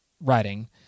writing